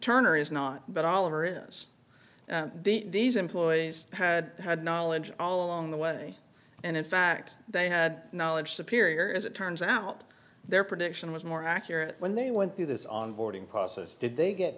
turner is not but oliver is these employees had had knowledge all along the way and in fact they had knowledge superior as it turns out their prediction was more accurate when they went through this on boarding process did they get